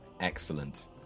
Excellent